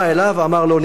אמר לו: ניקולא,